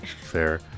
Fair